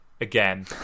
again